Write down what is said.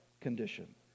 condition